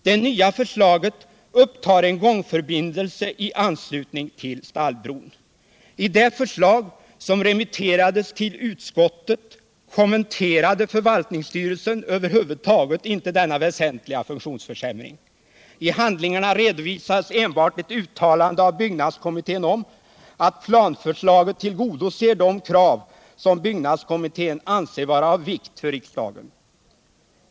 Det nya förslaget upptar en gångförbindelse i anslutning till Stallbron. I det förslag som remitterades till utskottet kommenterade förvaltningsstyrelsen över huvud taget inte denna väsentliga funktionsförsämring. I handlingarna redovisades enbart ett uttalande av byggnadskommittén om att ”planförslaget tillgodoser de krav, som byggnadskommittén anser vara av vikt för riksdagen”.